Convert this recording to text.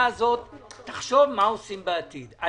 אני כבר קיימתי את הדיון הזה כאן.